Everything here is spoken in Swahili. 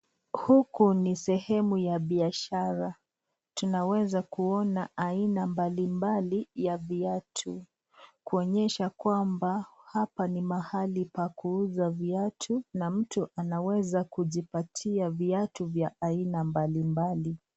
Huko ni sehemu ya biashara, tunaweza kuona aina mbalimbali ya viatu kuonyesha kwamba hapa ni mahali pa kuuza viatu, na mtu anaweza kujipatia viatu vya aina mbalimbali.